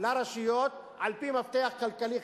לרשויות על-פי מפתח כלכלי-חברתי.